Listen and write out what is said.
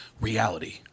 reality